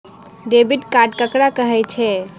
Debit card ककरा कहै छै?